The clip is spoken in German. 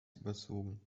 überzogen